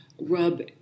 rub